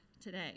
today